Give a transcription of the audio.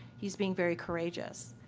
he's being very courageous.